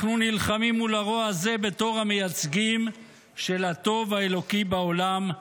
אנחנו נלחמים מול הרוע הזה בתור המייצגים של הטוב האלוקי בעולם,